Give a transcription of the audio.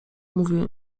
mówił